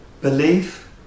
Belief